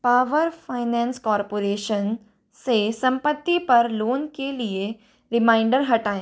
power finance corporation से संपत्ति पर लोन के लिए रिमाइंडर हटाएं